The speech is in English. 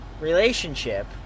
relationship